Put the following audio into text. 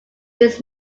this